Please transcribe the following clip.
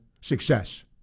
success